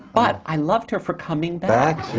but i loved her for coming back!